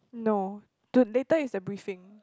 no to later is the briefing